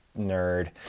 nerd